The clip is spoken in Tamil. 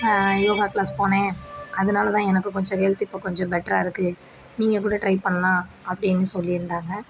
யோகா க்ளாஸ் போனேன் அதனால தான் எனக்கு கொஞ்சம் ஹெல்த் இப்போ கொஞ்சம் பெட்டராக இருக்குது நீங்கள் கூட ட்ரை பண்ணலாம் அப்படின்னு சொல்லியிருந்தாங்க